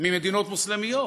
ממדינות מוסלמיות,